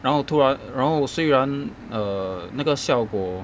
然后突然然后虽然 err 那个效果